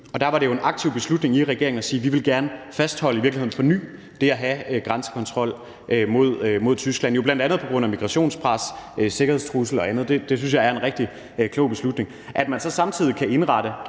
og der var det jo en aktiv beslutning i regeringen at sige: Vi vil gerne fastholde og i virkeligheden forny det at have grænsekontrol mod Tyskland, bl.a. på grund af migrationspres, sikkerhedstrussel og andet. Det synes jeg er en rigtig klog beslutning. For det andet